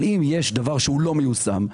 אם יש דבר שלא מיושם,